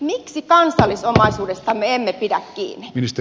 miksi kansallisomaisuudestamme emme pidä kiinni